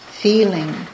feeling